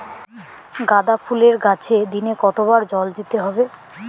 গাদা ফুলের গাছে দিনে কতবার জল দিতে হবে?